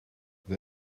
the